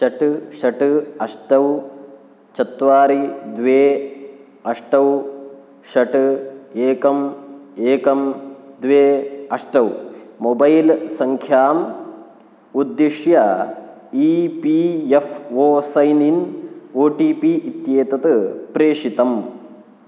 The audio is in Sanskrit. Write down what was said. षट् षट् अष्ट चत्वारि द्वे अष्ट षट् एकम् एकं द्वे अष्ट मोबैल् सङ्ख्याम् उद्दिश्य E P F O sign in O T P इत्येतत् प्रेषितम्